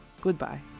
Goodbye